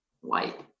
white